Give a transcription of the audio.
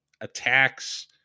attacks